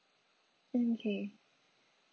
mm okay